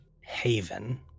haven